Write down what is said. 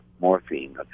morphine